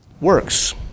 Works